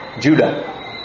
Judah